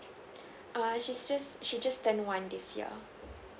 err she's just she just turn one this year